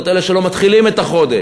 את אלה שלא מתחילים את החודש,